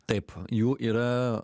taip jų yra